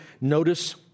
notice